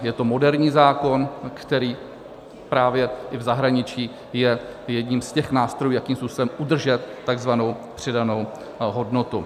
Je to moderní zákon, který je právě i v zahraničí jedním z těch nástrojů, jakým způsobem udržet takzvanou přidanou hodnotu.